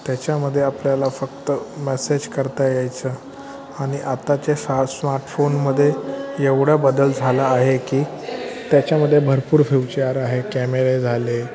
त्याच्यामध्ये आपल्याला फक्त मॅसेज करता यायचा आणि आत्ताचे सहा स्माटफोनमध्ये एवढा बदल झाला आहे की त्याच्यामध्ये भरपूर फ्युचार आहे कॅमेरे झाले